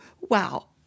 Wow